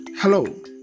Hello